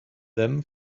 them